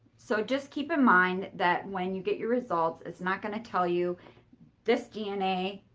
so just keep in mind that when you get your results, it's not going to tell you this dna,